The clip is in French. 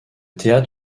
théâtre